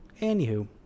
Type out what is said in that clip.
Anywho